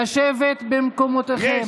אני עצוב כי השדר הציבורי שיוצא מכם בבית הזה,